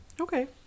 Okay